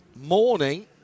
morning